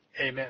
amen